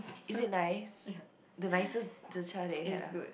is it nice the nicest zi char that you had ah